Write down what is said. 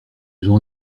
gens